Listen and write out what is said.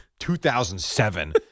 2007